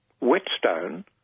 whetstone